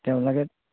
তেওঁ লাগে